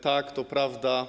Tak, to prawda.